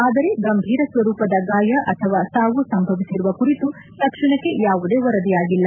ಆದರೆ ಗಂಭೀರ ಸ್ವರೂಪದ ಗಾಯ ಅಥವಾ ಸಾವು ಸಂಭವಿಸಿರುವ ಕುರಿತು ತಕ್ಷಣಕ್ಕೆ ಯಾವುದೇ ವರದಿಯಾಗಿಲ್ಲ